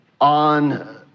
on